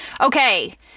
okay